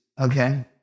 Okay